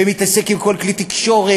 ומתעסק עם כל כלי תקשורת,